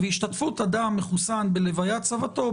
השתתפות אדם מחוסן בהלוויית סבתו,